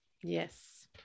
yes